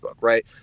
right